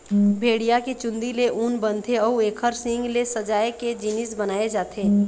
भेड़िया के चूंदी ले ऊन बनथे अउ एखर सींग ले सजाए के जिनिस बनाए जाथे